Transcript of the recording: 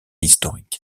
historique